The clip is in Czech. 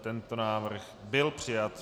Tento návrh byl přijat.